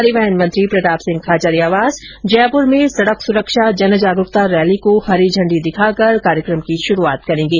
परिवहन मंत्री प्रतापसिंह खांचरियावास जयपुर में सड़क सुरक्षा जन जागरूकता रैली को हरी झण्ड़ी दिखाकर कार्यक्रम की शुरूआत करेगे